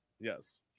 Yes